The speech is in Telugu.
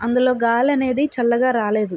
అందులో గాలి అనేది చల్లగా రాలేదు